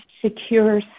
secure